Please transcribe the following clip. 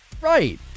Right